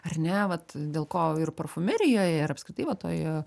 ar ne vat dėl ko ir parfumerijoje ir apskritai va toj